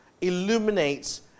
illuminates